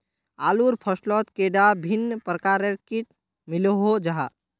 आलूर फसलोत कैडा भिन्न प्रकारेर किट मिलोहो जाहा?